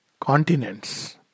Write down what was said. continents